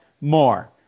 more